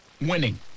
winning